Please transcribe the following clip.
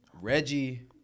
Reggie